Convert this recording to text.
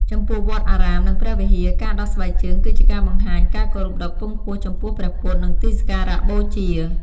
ចំពោះវត្តអារាមនិងព្រះវិហារ ការដោះស្បែកជើងគឺជាការបង្ហាញការគោរពដ៏ខ្ពង់ខ្ពស់ចំពោះព្រះពុទ្ធ និងទីសក្ការៈបូជា។